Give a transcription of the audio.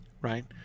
Right